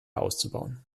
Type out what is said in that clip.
auszubauen